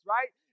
Right